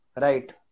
right